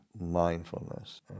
mindfulness